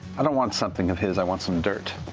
i don't want something of his, i want some dirt.